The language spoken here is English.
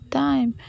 time